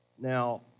Now